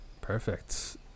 perfect